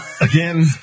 Again